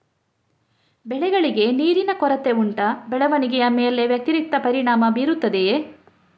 ಬೆಳೆಗಳಿಗೆ ನೀರಿನ ಕೊರತೆ ಉಂಟಾ ಬೆಳವಣಿಗೆಯ ಮೇಲೆ ವ್ಯತಿರಿಕ್ತ ಪರಿಣಾಮಬೀರುತ್ತದೆಯೇ?